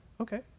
Okay